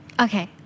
Okay